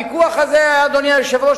אדוני היושב-ראש,